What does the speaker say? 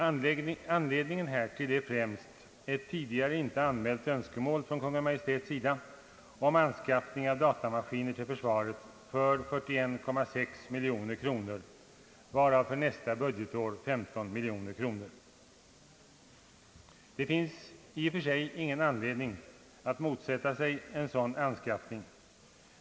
Anledningen härtill är främst ett tidigare inte anmält önskemål från Kungl. Maj:t om anskaffning av datamaskiner till försvaret för 41,6 miljoner kronor, varav för nästa budgetår 153 miljoner kronor. Det finns i och för sig ingen anledning att motsätta sig en sådan anskaffning.